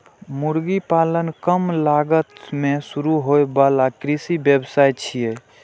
मुर्गी पालन कम लागत मे शुरू होइ बला कृषि व्यवसाय छियै